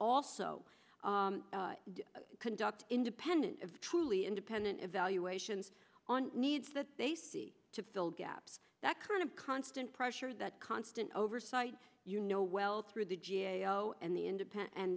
also conduct independent of truly independent evaluations on needs that they see to fill gaps that kind of constant pressure that constant oversight you know well through the oh and the ind